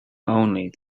only